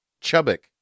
Chubbuck